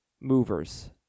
movers